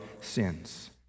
sins